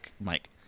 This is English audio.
Mike